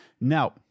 now